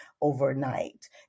overnight